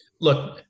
look